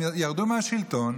הם ירדו מהשלטון,